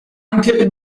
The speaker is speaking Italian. anche